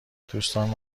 دوستان